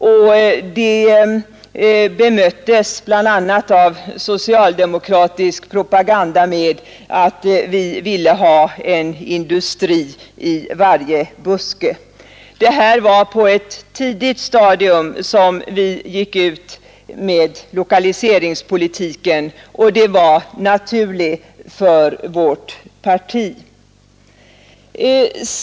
Det bemöttes bl.a. av socialdemokratisk propaganda med att vi ville ha en industri i varje buske. Det var på ett tidigt stadium som vi gick ut med lokaliserings politiken, och det var naturligt för vårt parti.